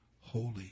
holy